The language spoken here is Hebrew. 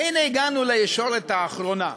והנה הגענו לישורת האחרונה,